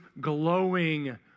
glowing